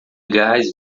gás